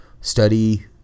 study